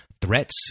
threats